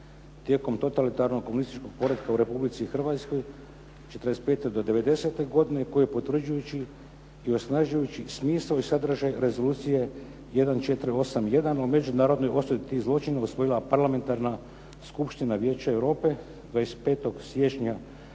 tijekom totalitarnog komunističkog poretka u Republici Hrvatskoj 45. do '90. godine koji potvrđujući i osnažujući smisao i sadržaj Rezolucije 1481 o međunarodnoj osveti i zločinu osvojila parlamentarna skupština Vijeća europe 25. siječnja